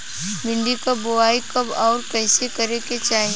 भिंडी क बुआई कब अउर कइसे करे के चाही?